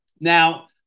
Now